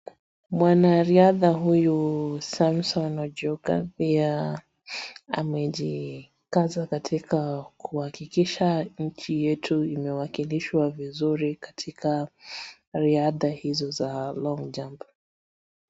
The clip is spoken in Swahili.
Mwanariadha huyu Samson Ojuka pia amejikaza katika kuhakikisha kuwa nchi yetu imewakilishwa vizuri katika riadha hizi za long jump .